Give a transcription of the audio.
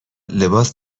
لباس